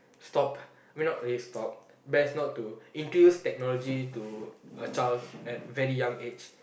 stop I mean not really stop best not to introduce technology to a child at very young age